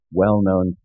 well-known